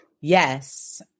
Yes